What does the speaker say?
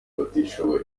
batishoboye